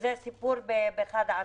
שזה סיפור בפני עצמו.